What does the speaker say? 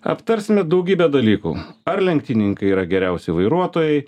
aptarsime daugybę dalykų ar lenktynininkai yra geriausi vairuotojai